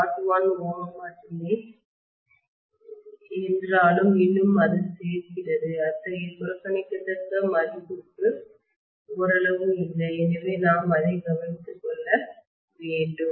01 Ω மட்டுமே என்றாலும் இன்னும் அது சேர்க்கிறது அத்தகைய புறக்கணிக்கத்தக்க மதிப்புக்கு ஓரளவு இல்லை எனவே நாம் அதை கவனித்துக் கொள்ள வேண்டும்